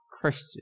Christian